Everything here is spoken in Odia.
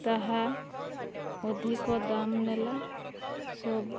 ତାହା ଅଧିକ ଦାମ୍ ନେଲା ଶବ